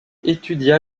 étudia